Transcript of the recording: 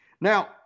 now